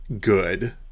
good